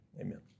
amen